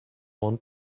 want